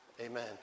Amen